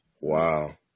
Wow